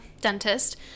dentist